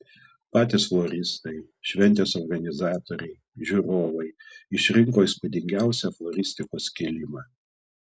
patys floristai šventės organizatoriai žiūrovai išrinko įspūdingiausią floristikos kilimą